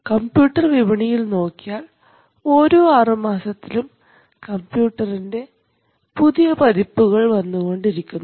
computer വിപണിയിൽ നോക്കിയാൽ ഓരോ ആറു മാസത്തിലും കമ്പ്യൂട്ടറിൻറെ പുതിയ പതിപ്പുകൾ വന്നുകൊണ്ടിരിക്കുന്നു